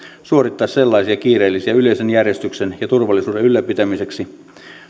suorittaa sellaisia kiireellisiä yleisen järjestyksen ja turvallisuuden ylläpitämiseksi